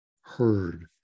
heard